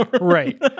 Right